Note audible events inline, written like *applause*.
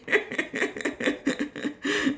*laughs*